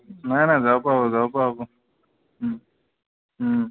নাই নাই যাব পৰা হ'ব যাব পৰা হ'ব